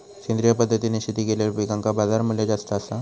सेंद्रिय पद्धतीने शेती केलेलो पिकांका बाजारमूल्य जास्त आसा